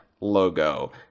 logo